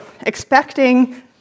expecting